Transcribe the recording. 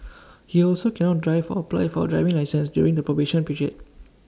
he also cannot drive or apply for A driving licence during the probation period